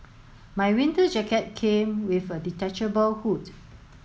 my winter jacket came with a detachable hood